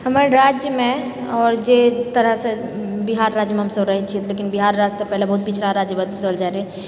हमर राज्यमे आओर जे तरहसँ बिहार राज्यमे हमसब रहैत छिऐ लेकिन बिहार राज्य तऽ पहिले बहुत पिछड़ा राज्य मानल जाए रहए